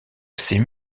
assez